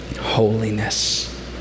holiness